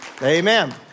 Amen